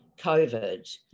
COVID